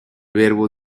verbo